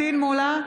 פטין מולא,